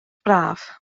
braf